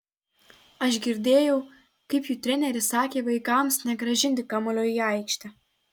aš girdėjau kaip jų treneris sakė vaikams negrąžinti kamuolio į aikštę